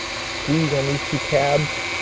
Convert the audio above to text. squeeze on these two tabs,